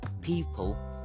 people